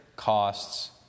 Costs